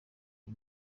iyi